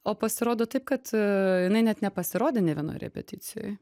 o pasirodo taip kad a jinai net nepasirodė nė vienoj repeticijoj